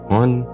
one